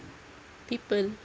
people